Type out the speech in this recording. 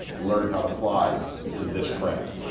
learned how to fly in this craft.